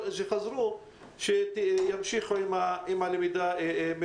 האמת, דיון